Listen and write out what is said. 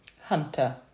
Hunter